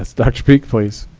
ah dr peak, please.